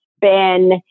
Ben